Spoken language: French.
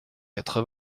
quatre